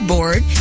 Board